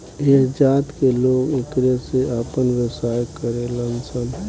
ऐह जात के लोग एकरे से आपन व्यवसाय करेलन सन